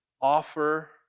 offer